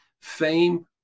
fame